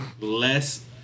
Less